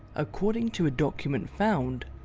according to a document found,